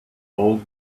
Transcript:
old